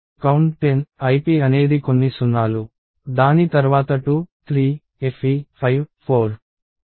count 10 ip అనేది కొన్ని సున్నాలు దాని తర్వాత 2 3 fe 5 4